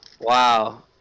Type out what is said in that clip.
wow